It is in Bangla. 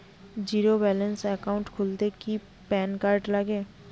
জীরো ব্যালেন্স একাউন্ট খুলতে কি প্যান কার্ড লাগে?